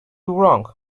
wrong